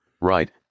Right